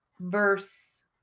verse